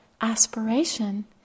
aspiration